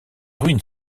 ruines